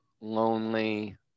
lonely